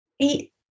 eat